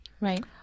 Right